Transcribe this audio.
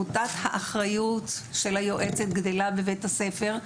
מוטת האחריות של היועצת גדלה בבית הספר,